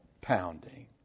pounding